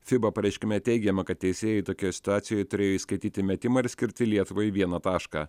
fiba pareiškime teigiama kad teisėjai tokioj situacijoj turėjo įskaityti metimą ir skirti lietuvai vieną tašką